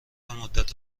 مدت